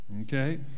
Okay